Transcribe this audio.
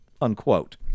unquote